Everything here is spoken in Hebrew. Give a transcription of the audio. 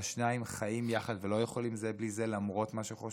והשניים חיים יחד ולא יכולים זה בלי זה למרות מה שחושבים,